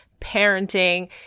parenting